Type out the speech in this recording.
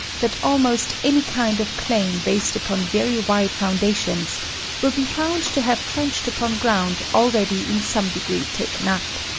that almost any kind of claim based upon very wide foundations will be found to have trenched upon ground already in some degree taken up.